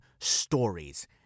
stories